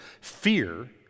fear